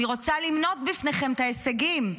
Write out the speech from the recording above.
אני רוצה למנות בפניכם את ההישגים.